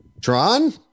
Tron